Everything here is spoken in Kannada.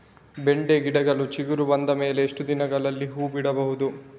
ಬೆಂಡೆ ಗಿಡಗಳು ಚಿಗುರು ಬಂದ ಮೇಲೆ ಎಷ್ಟು ದಿನದಲ್ಲಿ ಹೂ ಬಿಡಬಹುದು?